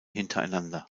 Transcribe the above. hintereinander